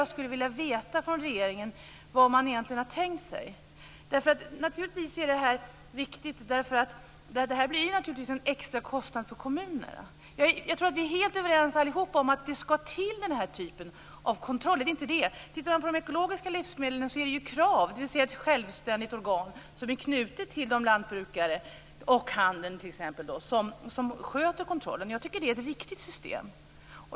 Jag skulle vilja veta vad man från regeringen egentligen har tänkt sig. Det är naturligtvis viktigt eftersom det blir en extra kostnad för kommunerna. Jag tror att vi alla är helt överens om att vi skall ha den här typen av kontroll. På de ekologiska livsmedlen är det Krav, dvs. ett självständigt organ, som är knutet till de lantbrukare och den handel som sköter kontrollen. Jag tycker att det är ett riktigt system.